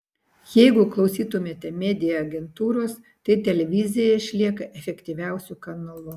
jeigu klausytumėte media agentūros tai televizija išlieka efektyviausiu kanalu